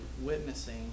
witnessing